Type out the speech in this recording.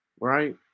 right